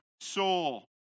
soul